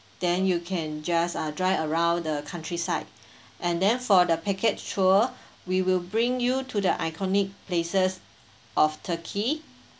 then you can just uh drive around the countryside and then for the package tour we will bring you to the iconic places of turkey